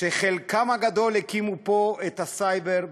שחלקם הגדול הקימו פה את הסייבר,